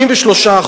33%,